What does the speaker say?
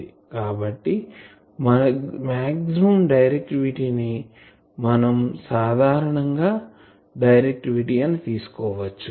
కాబట్టి maximum directivity ని మనం సాధారణంగా డైరెక్టివిటీ అని తీసుకోవచ్చు